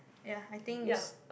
ya I think is